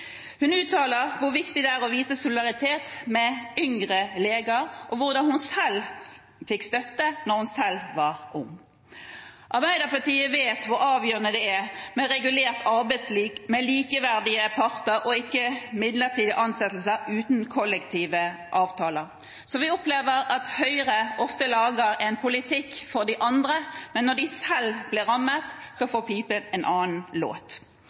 Hun uttaler hvor viktig det er å vise solidaritet med yngre leger og hvordan hun selv fikk støtte da hun var ung. Arbeiderpartiet vet hvor avgjørende det er med regulert arbeidsliv, med likeverdige parter og ikke midlertidige ansettelser uten kollektive avtaler. Så vi opplever at Høyre ofte lager en politikk for de andre, men når de selv blir rammet, får pipen en annen låt.